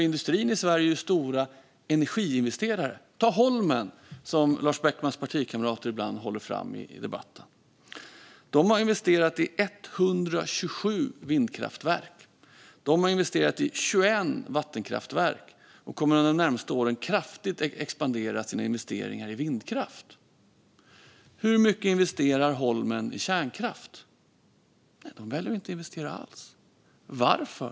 Industrin i Sverige är stora energiinvesterare. Ta Holmen, som Lars Beckmans partikamrater ibland håller fram i debatten! De har investerat i 127 vindkraftverk och 21 vattenkraftverk och kommer under de närmaste åren att kraftigt expandera sina investeringar i vindkraft. Hur mycket investerar Holmen i kärnkraft? Det väljer de att inte göra alls. Varför?